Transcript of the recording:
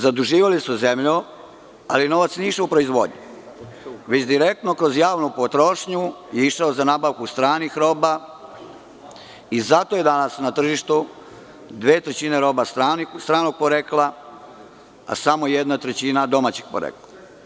Zaduživali su zemlju, ali novac nije išao u proizvodnju, već direktno kroz javnu potrošnju je išao za nabavku stranih roba i zato je danas na tržištu dve trećine stranih roba, a samo jedna trećina domaćeg porekla.